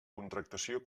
contractació